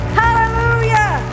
hallelujah